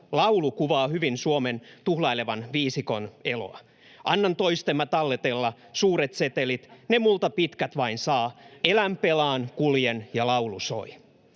laulu kuvaa hyvin Suomen tuhlailevan viisikon eloa: ”Annan toisten mä talletella suuret setelit. Ne multa pitkät vain saa. Elän, pelaan, kuljen, ja laulu soi.”